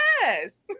Yes